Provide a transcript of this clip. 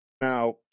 Now